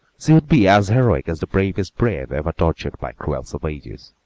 she would be as heroic as the bravest brave ever tortured by cruel savages.